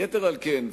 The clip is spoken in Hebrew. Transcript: יתר על כן,